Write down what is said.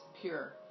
pure